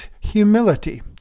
humility